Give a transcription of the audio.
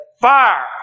fire